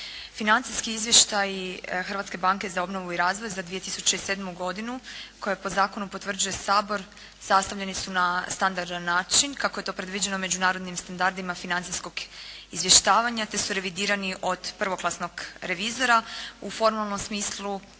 Financijski izvještaji Hrvatske banke za obnovu i razvoj za 2007. godinu koje po zakonu potvrđuje Sabor sastavljeni su na standardan način kako je to predviđeno međunarodnim standardima financijskog izvještavanja te su revidirani od prvoklasnog revizora. U formalnom smislu ti izvještaji